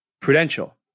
Prudential